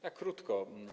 Ja krótko.